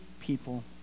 people